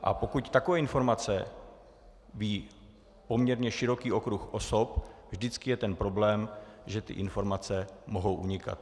A pokud takové informace ví poměrně široký okruh osob, vždycky je ten problém, že ty informace mohou unikat.